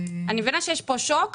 אני מבינה שיש פה שוק,